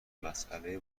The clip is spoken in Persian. مسئله